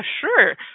sure